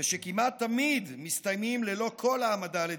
ושכמעט תמיד מסתיימים ללא כל העמדה לדין.